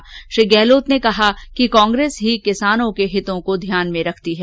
इस अवसर पर श्री गहलोत ने कहा कि कांग्रेस ही किसानों के हितों को ध्यान में रखती है